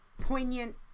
poignant